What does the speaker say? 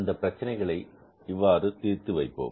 அந்த பிரச்சனைகளை இவ்வாறு தீர்த்து வைப்போம்